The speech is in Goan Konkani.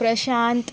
प्रशांत